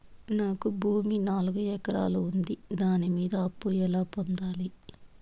నాకు భూమి నాలుగు ఎకరాలు ఉంది దాని మీద అప్పు ఎలా పొందాలి?